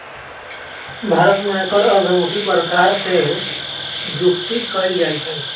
भारत में आयकर उद्धमुखी प्रकार से जुकती कयल जाइ छइ